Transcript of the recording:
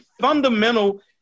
fundamental